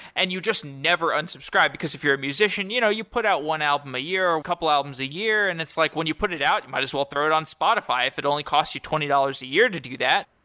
and you just never unsubscribe, because if you're a musician, you know you put out one album a year or a couple of albums a year and it's like when you put it out, you might as well throw it on spotify if it only cost you twenty dollars a year to do that.